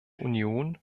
union